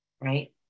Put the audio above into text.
right